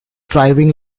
driving